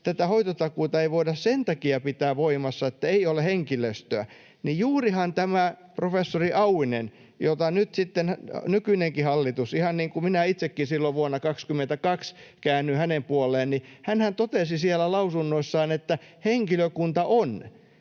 tätä hoitotakuuta ei voida sen takia pitää voimassa, että ei ole henkilöstöä, niin juurihan tämä professori Auvinen — jota nyt sitten nykyinenkin hallitus kuuli, ihan niin kuin minä itsekin silloin vuonna 22 käännyin hänen puoleensa — totesi siellä lausunnossaan, että henkilökuntaa on.